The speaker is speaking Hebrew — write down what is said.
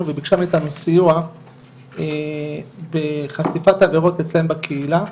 וביקשה מאיתנו סיוע בחשיפת עבירות אצלם בקהילה,